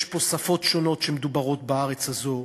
יש פה שפות שונות שמדוברות בארץ הזו,